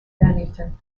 bennington